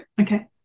Okay